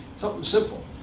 something simple.